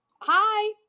Hi